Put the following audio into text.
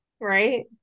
Right